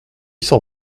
s’en